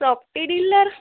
property dealer